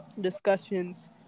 discussions